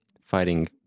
fighting